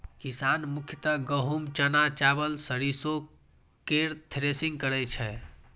किसान मुख्यतः गहूम, चना, चावल, सरिसो केर थ्रेसिंग करै छै